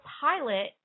pilot